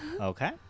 Okay